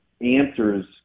answers